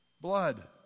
blood